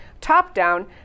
top-down